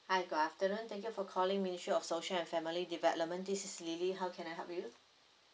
hi good afternoon thank you for calling ministry of social and family development this is lily how can I help you